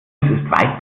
weit